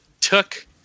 took